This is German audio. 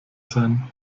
sein